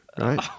right